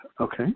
Okay